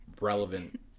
relevant